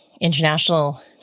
international